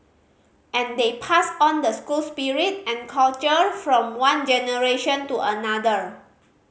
and they pass on the school spirit and culture from one generation to another